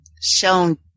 shown